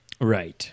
Right